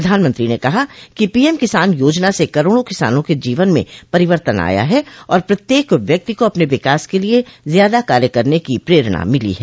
प्रधानमंत्री ने कहा कि पीएम किसान योजना से करोडों किसानों के जीवन में परिवर्तन आया है और प्रत्येक व्यक्ति को अपने विकास के लिए ज्यादा कार्य करने की प्ररेणा मिली है